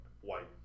white